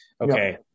okay